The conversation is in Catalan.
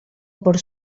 per